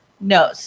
No